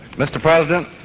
mr president,